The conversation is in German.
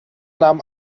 nahm